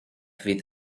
fydd